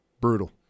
Brutal